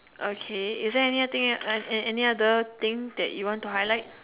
okay is there any other thing uh any other thing that you want to highlight